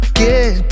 get